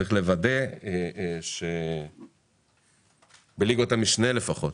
צריך לוודא שבליגות המשנה לפחות